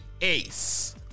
ace